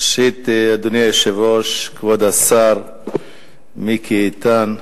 ראשית, אדוני היושב-ראש, כבוד השר מיקי איתן,